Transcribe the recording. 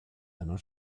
einer